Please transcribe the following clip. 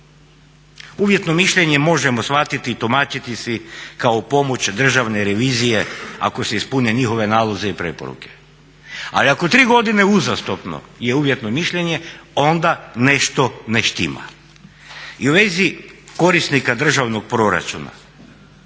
Uvjetno mišljenje možemo shvatiti i tumačiti si kao pomoć Državne revizije ako se ispune njihovi nalozi i preporuke. Ali ako tri godine uzastopno je uvjetno mišljenje onda nešto ne štima. I u vezi korisnika državnog proračuna